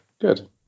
good